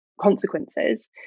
consequences